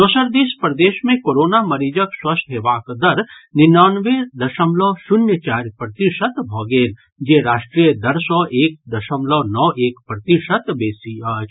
दोसर दिस प्रदेश मे कोरोना मरीजक स्वस्थ हेबाक दर निन्यानवे दशमलव शून्य चारि प्रतिशत भऽ गेल जे राष्ट्रीय दर सँ एक दशमलव नओ एक प्रतिशत बेसी अछि